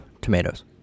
tomatoes